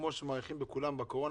כפי שמאריכים לכולם בקורונה,